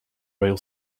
rail